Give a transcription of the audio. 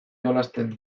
jolasten